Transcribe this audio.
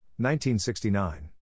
1969